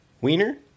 wiener